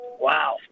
Wow